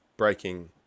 Breaking